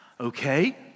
Okay